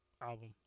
album